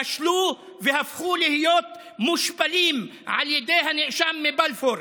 כשלו והפכו להיות מושפלים על ידי הנאשם מבלפור.